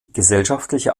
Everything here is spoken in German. gesellschaftliche